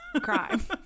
crime